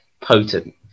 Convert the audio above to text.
potent